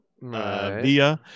via